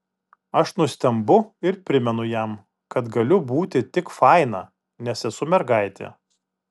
aš nustembu ir primenu jam kad galiu būti tik faina nes esu mergaitė